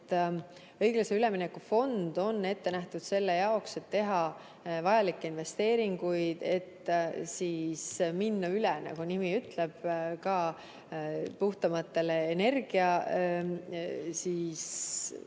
õiglase ülemineku fond on ette nähtud selle jaoks, et teha vajalikke investeeringuid, et siis minna üle, nagu nimigi ütleb, puhtamale energiale,